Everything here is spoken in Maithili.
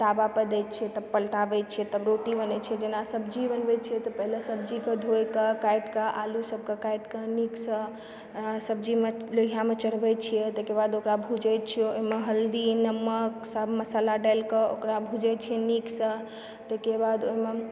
तब पर दैत छियै तब पलटाबैत छियै तब रोटी बनैत छै जेना सब्जी बनबैत छियै पहिले सब्जीकऽ धोयकऽ काटिकऽ आलूसभकऽ काटिकऽ नीकसँ सब्जीमे लोहिआमे चढ़बैत छियै ताहिके बाद ओकरा भूजैत छियै ओहिमे हल्दी नमकसभ मसाला डालिकऽ ओकरा भूजैत छियै नीकसँ ताहिके बाद ओहिमे